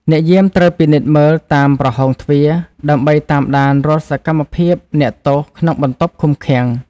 អ្នកយាមត្រូវពិនិត្យមើលតាមប្រហោងទ្វារ ដើម្បីតាមដានរាល់សកម្មភាពអ្នកទោសក្នុងបន្ទប់ឃុំឃាំង។